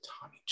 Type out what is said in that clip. tommy